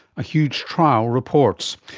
a huge trial reports.